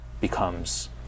becomes